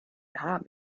namen